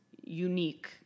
unique